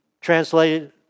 translated